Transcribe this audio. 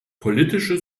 politische